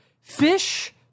fish